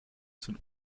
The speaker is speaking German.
sind